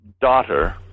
daughter